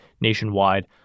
nationwide